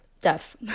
deaf